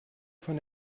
von